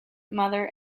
mother